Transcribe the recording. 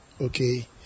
okay